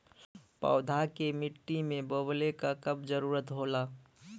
पौधा के मिट्टी में बोवले क कब जरूरत होला